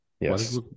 Yes